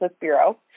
Bureau